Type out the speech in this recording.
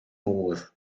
modd